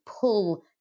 pull